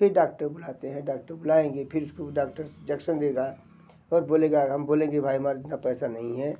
फिर डाक्टर बुलाते हैं डाक्टर बुलाएंगे फिर इसको डाक्टर इजेक्सन देगा और बोलेगा हम बोलेंगे भाई हमारे इतना पैसा नहीं है